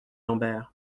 lambert